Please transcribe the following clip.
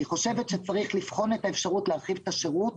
אני חושבת שצריך לבחון את האפשרות להרחיב את השירות